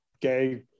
gay